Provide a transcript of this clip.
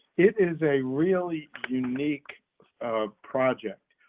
it is a really unique project.